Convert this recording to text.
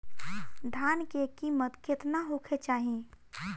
धान के किमत केतना होखे चाही?